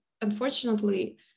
unfortunately